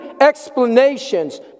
explanations